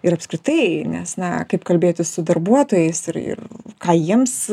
ir apskritai nes na kaip kalbėtis su darbuotojais ir ką jiems